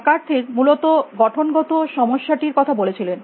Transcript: McCarthy মূলত গঠন গত সমস্যা টির কথা বলেছিলেন